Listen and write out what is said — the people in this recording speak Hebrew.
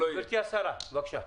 גברתי השרה, בבקשה.